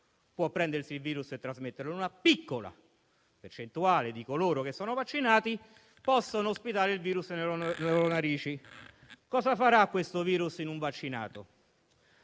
può prendersi il virus e trasmetterlo; una piccola percentuale di coloro che sono vaccinati può ospitare il virus nelle narici. Cosa farà questo virus in un vaccinato?